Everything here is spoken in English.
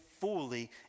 fully